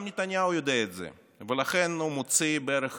גם נתניהו יודע את זה, לכן הוא מוציא בערך